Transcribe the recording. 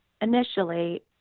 initially